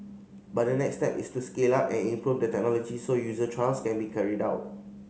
but the next step is to scale up and improve the technology so user trials can be carried out